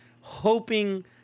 hoping